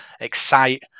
excite